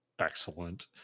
excellent